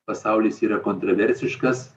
pasaulis yra kontroversiškas